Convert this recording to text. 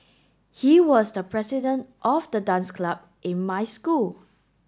he was the president of the dance club in my school